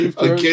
Okay